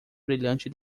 brilhante